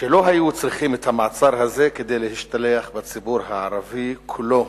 שלא היו צריכים את המעצר הזה כדי להשתלח בציבור הערבי כולו.